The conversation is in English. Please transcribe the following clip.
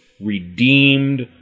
redeemed